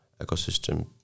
ecosystem